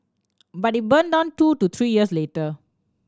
but it burned down two to three years later